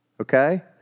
okay